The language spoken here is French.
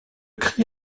cri